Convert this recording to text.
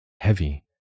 heavy